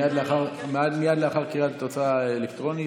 מייד לאחר קריאת התוצאה האלקטרונית,